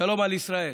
ושלום על ישראל.